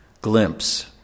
glimpse